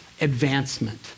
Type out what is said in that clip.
advancement